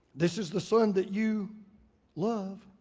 this is the son that you love.